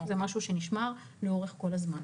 זה משהו שנשמר לאורך כל הזמן.